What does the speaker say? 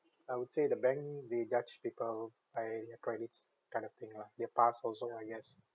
I would say the bank they judge people by their credits kind of thing lah their past also ah yes